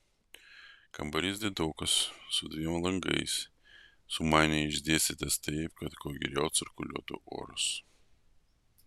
kambarys didokas su dviem langais sumaniai išdėstytais taip kad kuo geriau cirkuliuotų oras